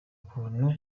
ukuntu